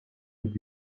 would